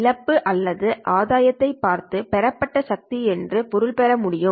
இழப்பு அல்லது ஆதாயம் பார்த்து மீபெறப்பட்ட சக்தி என்று பொருள் பெற முடியும்